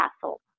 castle